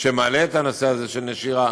מעלה את הנושא הזה של נשירה.